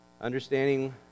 understanding